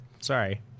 Sorry